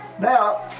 Now